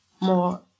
more